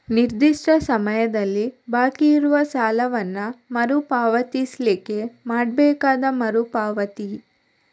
ನಿರ್ದಿಷ್ಟ ಸಮಯದಲ್ಲಿ ಬಾಕಿ ಇರುವ ಸಾಲವನ್ನ ಮರು ಪಾವತಿಸ್ಲಿಕ್ಕೆ ಮಾಡ್ಬೇಕಾದ ಮರು ಪಾವತಿ